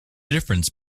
difference